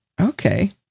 Okay